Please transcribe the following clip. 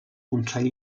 consell